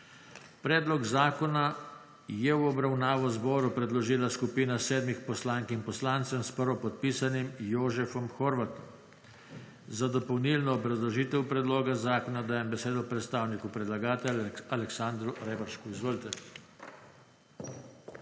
Predlog zakona je v obravnavo zboru predložila skupina sedmih poslank in poslancev s prvopodpisanim Jožefom Horvatom. Za dopolnilno obrazložitev predloga zakona dajem besedo predstavnici predlagatelja gospe Tadeji Šuštar Zalar. Izvolite.